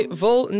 vol